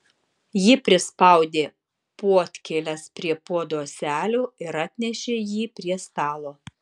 ji prispaudė puodkėles prie puodo ąselių ir atnešė jį prie stalo